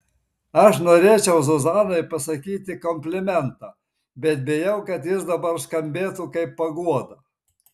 aš norėčiau zuzanai pasakyti komplimentą bet bijau kad jis dabar skambėtų kaip paguoda